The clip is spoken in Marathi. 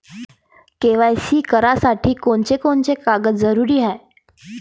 के.वाय.सी करासाठी कोनची कोनची कागद जरुरी हाय?